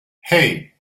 hey